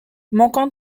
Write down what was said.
manquant